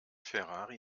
ferrari